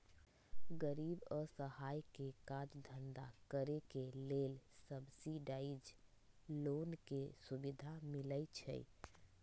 गरीब असहाय के काज धन्धा करेके लेल सब्सिडाइज लोन के सुभिधा मिलइ छइ